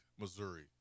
missouri